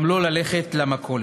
גם לא ללכת למכולת.